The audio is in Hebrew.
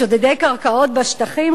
שודדי קרקעות בשטחים,